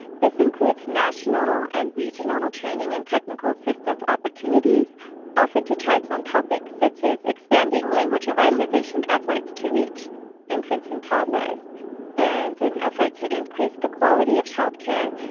this includes national and regional training and technical assistance opportunities offered to tribes on topics, such as expanding language revitalization efforts to reach infants and toddlers and an effort to increase the quality of child care.